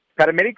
Paramedics